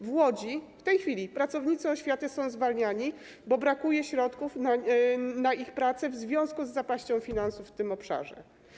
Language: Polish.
W Łodzi w tej chwili pracownicy oświaty są zwalniani, bo brakuje środków na ich pracę w związku z zapaścią finansów w tym obszarze.